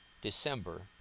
December